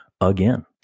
again